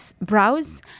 browse